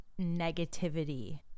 negativity